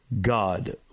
God